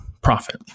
profit